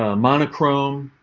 ah monochrome.